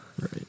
Right